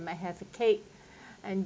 might have a cake and